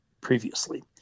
previously